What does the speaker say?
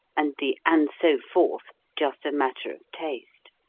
and the and-so-forth just a matter of taste.